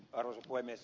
arvoisa puhemies